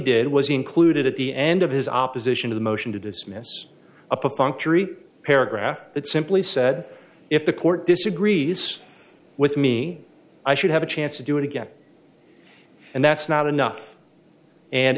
did was included at the end of his opposition to the motion to dismiss up a functionary paragraph that simply said if the court disagrees with me i should have a chance to do it again and that's not enough